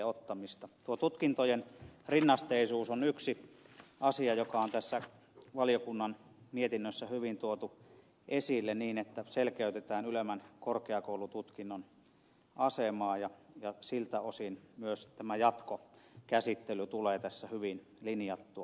tuo tutkintojen rinnasteisuus on yksi asia joka on tässä valiokunnan mietinnössä hyvin tuotu esille niin että selkeytetään ylemmän korkeakoulututkinnon asemaa ja siltä osin myös tämä jatkokäsittely tulee tässä hyvin linjattua